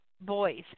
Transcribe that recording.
boys